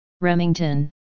Remington